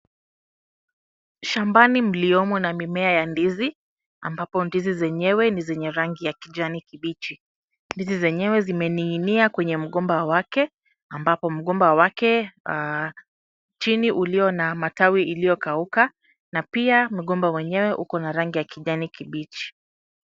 Shambani mliomo mimea ya ndizi ambapo ndizi zenyewe ni zenye rangi ya kijani kibichi. Ndizi zenyewe zimening'inia kwenye mgomba wake, ambapo mgomba wake chininulio na matawi iliyokauka na pia mgomba wenyewe uko na rangi ya kijani kibichi.